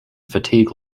fatigue